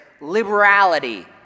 liberality